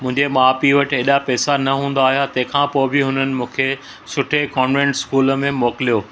मुंहिंजे माउ पीउ वटि एॾा पेसा न हूंदा हुया तंहिंखा पोइ बि हुननि मूंखे सुठे कोनवेंट स्कूल में मोकिलियो